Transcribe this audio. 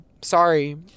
sorry